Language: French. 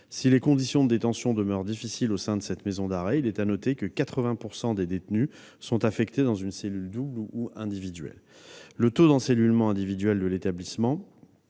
Si les conditions de détention demeurent difficiles au sein de cette maison d'arrêt, il est à noter que 80 % des détenus sont affectés dans une cellule double ou individuelle. Le taux d'encellulement individuel de l'établissement